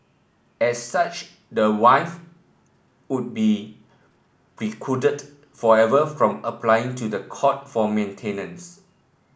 as such the wife would be precluded forever from applying to the court for maintenance